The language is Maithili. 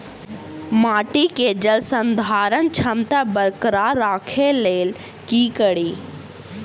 माटि केँ जलसंधारण क्षमता बरकरार राखै लेल की कड़ी?